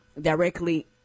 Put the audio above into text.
directly